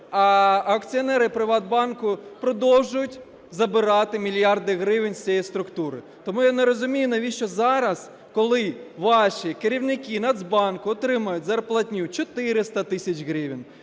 А акціонери ПриватБанку продовжують забирати мільярди гривень з цієї структури. Тому я не розумію, навіщо зараз, коли ваші керівники Нацбанку отримують зарплатню 400 тисяч гривень,